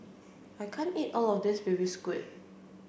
I can't eat all of this baby squid